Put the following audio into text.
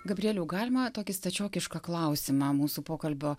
gabrieliau galima tokį stačiokišką klausimą mūsų pokalbio